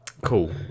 Cool